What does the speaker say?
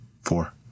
Four